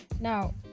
now